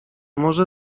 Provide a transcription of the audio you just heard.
może